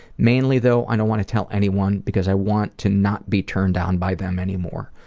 mainly though i don't want to tell anyone because i want to not be turned on by them anymore.